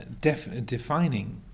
Defining